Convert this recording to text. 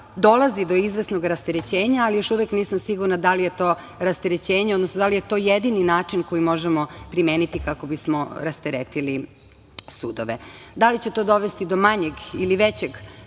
dolazi do izvesnog rasterećenja, ali, još uvek nisam sigurna da li je to rasterećenje, odnosno da li je to jedini način koji možemo primeniti kako bismo rasteretili sudove. Da li će to dovesti do manjeg ili većeg